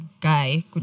guy